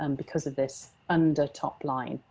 um because of this under top-line,